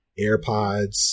AirPods